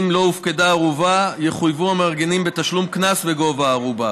אם לא הופקדה ערובה יחויבו המארגנים בתשלום קנס בגובה הערובה.